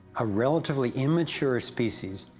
a relatively immature species,